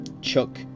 Chuck